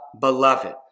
beloved